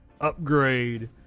upgrade